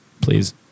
Please